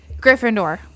Gryffindor